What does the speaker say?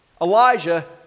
Elijah